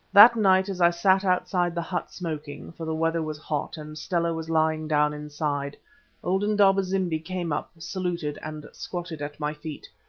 that night as i sat outside the hut smoking for the weather was hot, and stella was lying down inside old indaba-zimbi came up, saluted, and squatted at my feet.